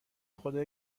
خدا